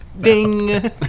Ding